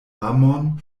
amon